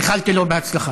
איחלתי לו הצלחה.